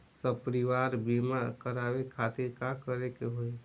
सपरिवार बीमा करवावे खातिर का करे के होई?